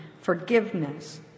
forgiveness